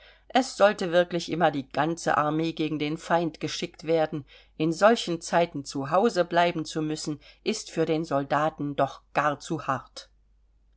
es sollte wirklich immer die ganze armee gegen den feind geschickt werden in solchen zeiten zu hause bleiben zu müssen ist für den soldaten doch gar zu hart